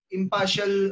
impartial